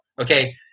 okay